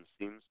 seems